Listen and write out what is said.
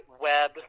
web